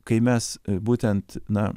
kai mes būtent na